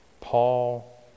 Paul